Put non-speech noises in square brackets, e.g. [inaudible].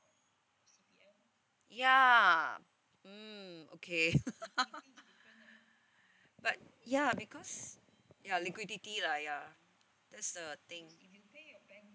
ya mm okay [laughs] but ya because ya liquidity lah ya that's the thing